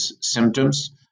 symptoms